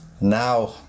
now